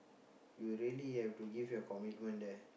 you really have to give your commitment there